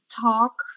talk